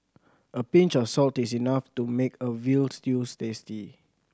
a pinch of salt is enough to make a veal stews tasty